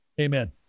amen